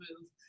move